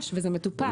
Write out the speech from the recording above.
יש, וגם מטופל.